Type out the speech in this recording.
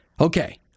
Okay